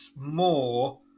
more